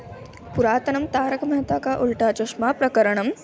पुरातनं तारकमेहता का उल्टा चष्मा प्रकरणम्